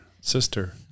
Sister